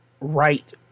right